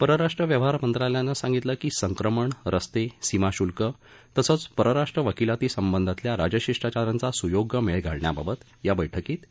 परराष्ट्र व्यवहार मंत्रालयानं सांगितलं की संक्रमण रस्ता अीमाशुल्क तसचं परराष्ट्र वकीलातीसंबधातल्या राजशिष्टाचारांचा सुयोग्य मळीघालण्याबाबत या बळकीत एकमत झालं